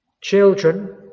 children